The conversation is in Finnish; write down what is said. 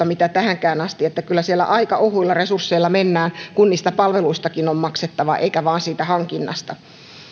mitä tähänkään asti että kyllä siellä aika ohuilla resursseilla mennään kun niistä palveluistakin on maksettava eikä vain siitä hankinnasta